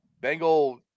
Bengal